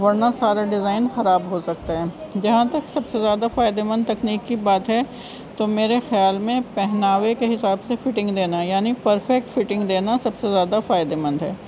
ورنہ سارا ڈیزائن خراب ہو سکتا ہے جہاں تک سب سے زیادہ فائدہ مند تکنیک کی بات ہے تو میرے خیال میں پہناوے کے حساب سے فٹنگ دینا یعنی پرفیکٹ فٹنگ دینا سب سے زیادہ فائدے مند ہے